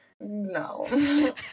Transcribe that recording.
no